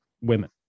women